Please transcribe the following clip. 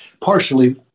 partially